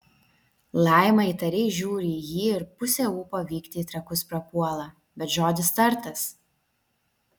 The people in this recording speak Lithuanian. laima įtariai žiūri į jį ir pusė ūpo vykti į trakus prapuola bet žodis tartas